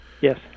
Yes